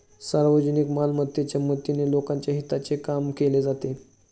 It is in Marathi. सार्वजनिक मालमत्तेच्या मदतीने लोकांच्या हिताचे काम केले जाते